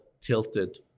tilted